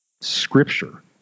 scripture